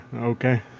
okay